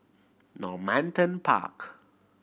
Normanton Park